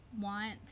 want